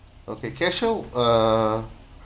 okay CashShield uh